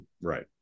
right